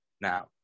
now